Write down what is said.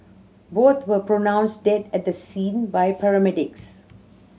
both were pronounced dead at the scene by paramedics